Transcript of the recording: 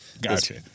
Gotcha